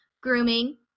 Grooming